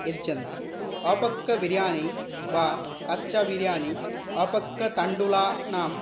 यच्छन्ति अपक्वबिरियानि वा काच्चबिरियानि अपक्वतण्डुलानां